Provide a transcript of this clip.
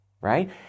right